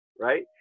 right